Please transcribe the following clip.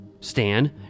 Stan